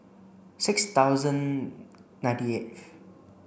six thousand ninety eighth